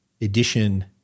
edition